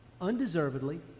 undeservedly